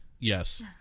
Yes